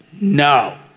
no